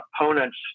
opponents